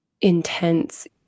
intense